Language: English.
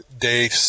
Day